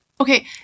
Okay